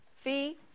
fee